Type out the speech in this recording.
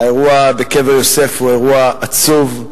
האירוע בקבר יוסף הוא אירוע עצוב.